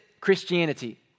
Christianity